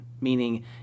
meaning